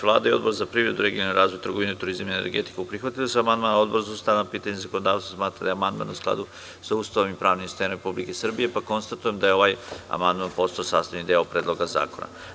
Vlada i Odbor za privredu, regionalni razvoj, trgovinu, turizam i energetiku prihvatili su amandman, a Odbor za ustavna pitanja i zakonodavstvo smatra da je amandman u skladu sa Ustavom i pravnim sistemom Republike Srbije, pa konstatujem da je ovaj amandman postao sastavni deo Predloga zakona.